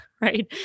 right